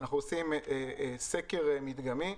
אנחנו עושים סקר מדגמי.